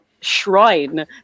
shrine